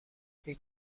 هیچ